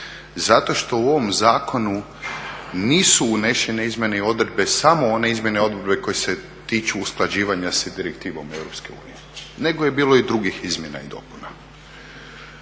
zato što u ovom zakonu nisu unesene izmjene odredbi, samo one izmjene odredbi koje se tiču usklađivanja s direktivom Europske unije, nego je bilo i drugih izmjena i dopuna.